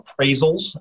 appraisals